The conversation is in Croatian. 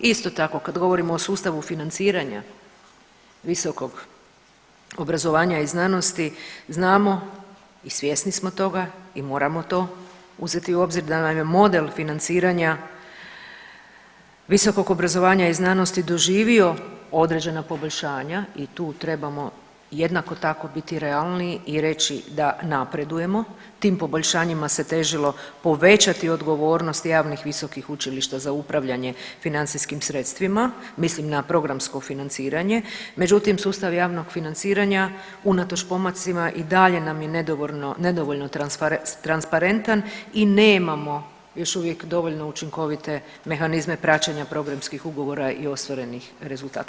Isto tako, kad govorimo o sustavu financiranja visokog obrazovanja i znanosti, znamo i svjesni smo toga i moramo to uzeti u obzir da nam je model financiranja visokog obrazovanja i znanosti doživio određena poboljšanja i tu trebamo jednako tako biti realni i reći da napredujemo, tim poboljšanjima se težilo povećati odgovornost javnih visokih učilišta za upravljanje financijskim sredstvima, mislim na programsko financiranje, međutim, sustav javnog financiranja, unatoč pomacima i dalje nam je nedovoljno transparentan i nemamo još uvijek dovoljno učinkovite mehanizme praćenja programskih ugovora i ostvarenih rezultata.